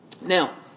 Now